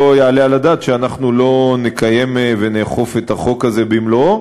לא יעלה על הדעת שלא נקיים ונאכוף את החוק הזה במלואו.